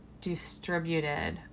distributed